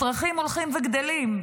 הצרכים הולכים וגדלים,